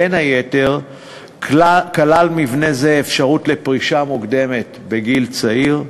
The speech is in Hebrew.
בין היתר כלל מבנה זה אפשרות לפרישה מוקדמת בגיל צעיר,